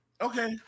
Okay